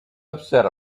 upset